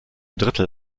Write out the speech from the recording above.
drittel